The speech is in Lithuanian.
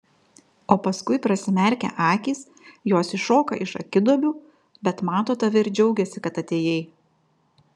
o paskui prasimerkia akys jos iššoka iš akiduobių bet mato tave ir džiaugiasi kad atėjai